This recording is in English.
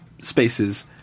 spaces